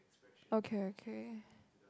okay okay